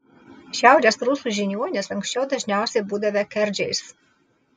šiaurės rusų žiniuonys anksčiau dažniausiai būdavę kerdžiais